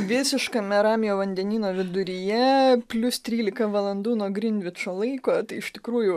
visiškame ramiojo vandenyno viduryje plius trylika valandų nuo grinvičo laiko iš tikrųjų